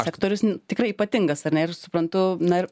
sektorius tikrai ypatingas ar ne ir suprantu nair